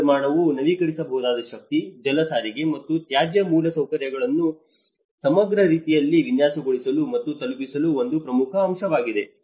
ಪುನರ್ನಿರ್ಮಾಣವು ನವೀಕರಿಸಬಹುದಾದ ಶಕ್ತಿ ಜಲ ಸಾರಿಗೆ ಮತ್ತು ತ್ಯಾಜ್ಯ ಮೂಲಸೌಕರ್ಯಗಳನ್ನು ಸಮಗ್ರ ರೀತಿಯಲ್ಲಿ ವಿನ್ಯಾಸಗೊಳಿಸಲು ಮತ್ತು ತಲುಪಿಸಲು ಒಂದು ಪ್ರಮುಖ ಅವಕಾಶವಾಗಿದೆ